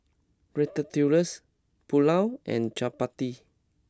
Ratatouilles Pulao and Chapati